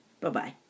Bye-bye